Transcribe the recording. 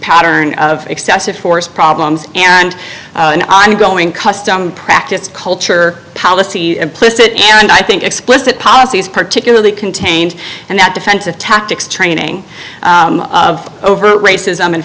pattern of excessive force problems and i'm going custom and practice culture policy implicit and i think explicit policies particularly contained and that defensive tactics training of overt racism and